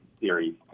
series